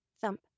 thump